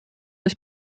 des